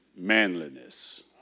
manliness